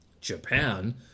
japan